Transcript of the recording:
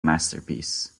masterpiece